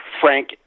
Frank